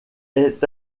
est